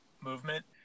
movement